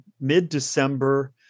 mid-December